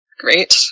Great